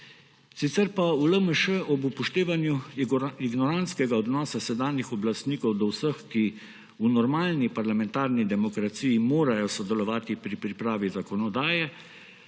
Sicer pa v LMŠ ob upoštevanju ignorantskega odnosa sedanjih oblastnikov do vseh, ki v normalni parlamentarni demokraciji morajo sodelovati pri pripravi zakonodaje,